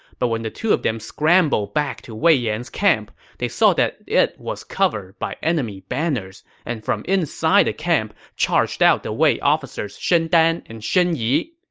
but when the two of them scrambled back to wei yan's camp, they saw that it was covered by enemy banners, and from inside the camp charged out the wei officers shen dan and shen yi.